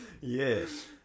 yes